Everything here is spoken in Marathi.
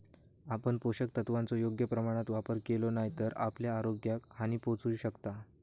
आपण पोषक तत्वांचो योग्य प्रमाणात वापर केलो नाय तर आपल्या आरोग्याक हानी पोहचू शकता